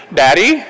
daddy